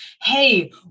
Hey